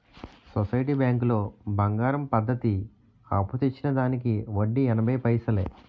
society బ్యాంకులో బంగారం పద్ధతి అప్పు తెచ్చిన దానికి వడ్డీ ఎనభై పైసలే